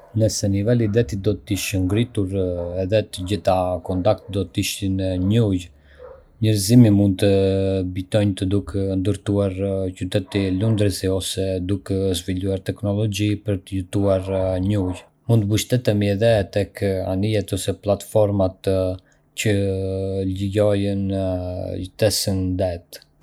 Nëse niveli i detit do të ishte ngritur edhe të gjitha tokat do të ishin nën ujë, njerëzimi mund të mbijetonte duke ndërtuar qytete lundruese ose duke zhvilluar teknologji për të jetuar nën ujë. Mund të mbështetemi edhe tek anijet ose platformat që lejojnë jetesën në det.